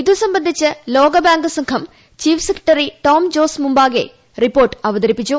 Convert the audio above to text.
ഇതുസംബന്ധിച്ച് ലോക ബാങ്ക് സംഘം ചീഫ് സെക്രട്ടറി ടോം ജോസ് മുൻപാകെ റിപ്പോർട്ട് അവതരിപ്പിച്ചു